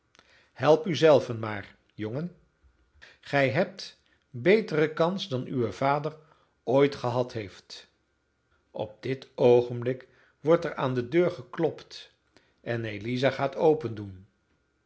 help u zelven maar jongen gij hebt beter kans dan uwe vader ooit gehad heeft op dit oogenblik wordt er aan de deur geklopt en eliza gaat opendoen